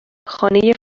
خانه